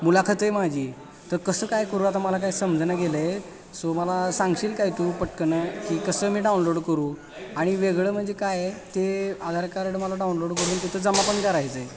मुलाखत आहे माझी तर कसं काय करू आता मला काय समजना गेलं आहे सो मला सांगशील काय तू पटकनं की कसं मी डाउनलोड करू आणि वेगळं म्हणजे काय आहे ते आधार कार्ड मला डाऊनलोड करून तिथं जमा पण करायचं आहे